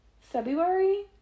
February